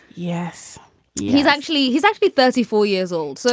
yes he's actually he's actually thirty four years old. so